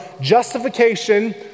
justification